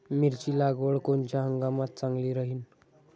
मिरची लागवड कोनच्या हंगामात चांगली राहीन?